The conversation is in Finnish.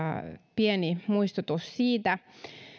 pieni muistutus siitä